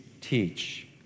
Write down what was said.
Teach